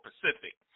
Pacific